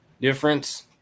Difference